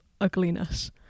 ugliness